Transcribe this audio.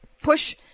push